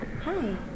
Hi